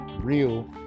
real